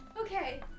Okay